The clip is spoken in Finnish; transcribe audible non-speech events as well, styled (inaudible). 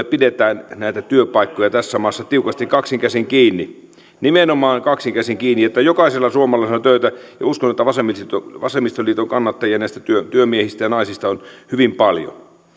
(unintelligible) pidetään tässä maassa tiukasti kaksin käsin kiinni nimenomaan kaksin käsin kiinni että jokaisella suomalaisella olisi töitä uskon että vasemmistoliiton vasemmistoliiton kannattajia näistä työmiehistä ja naisista on hyvin paljon